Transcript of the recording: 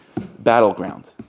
battleground